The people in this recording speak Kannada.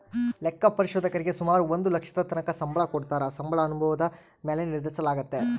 ಲೆಕ್ಕ ಪರಿಶೋಧಕರೀಗೆ ಸುಮಾರು ಒಂದು ಲಕ್ಷದತಕನ ಸಂಬಳ ಕೊಡತ್ತಾರ, ಸಂಬಳ ಅನುಭವುದ ಮ್ಯಾಲೆ ನಿರ್ಧರಿಸಲಾಗ್ತತೆ